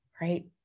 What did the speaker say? right